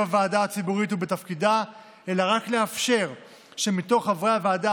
הוועדה הציבורית ובתפקידה אלא רק לאפשר שמתוך חברי הוועדה